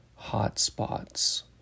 hotspots